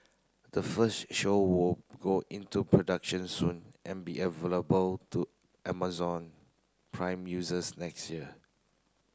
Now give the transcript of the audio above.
the first show will go into production soon and be available to Amazon Prime users next year